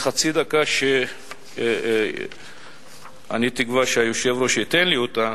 בחצי דקה שאני תקווה שהיושב-ראש ייתן לי אותה,